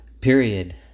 period